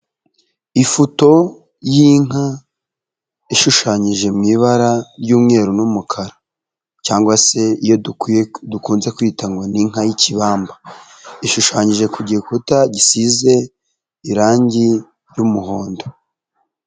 Ifoto y'inka ishushanyije mu ibara ry’umweru n’umukara, cyangwa se iyo dukunze kwita ngo ni inka y'ikibamba. Ishushanyije ku gikuta gisize irangi ry’umuhondo.